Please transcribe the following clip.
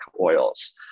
oils